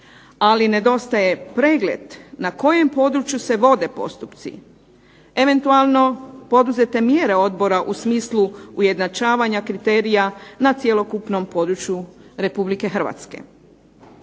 ali nedostaje pregled na kojem području se vode postupci. Eventualno poduzete mjere odbora u smislu ujednačavanja kriterija na cjelokupnom području Republike Hrvatske.